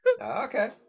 okay